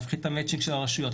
להפחתת המאצי'נג של הרשויות,